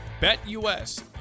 BetUS